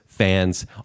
Fans